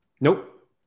nope